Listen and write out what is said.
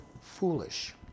foolish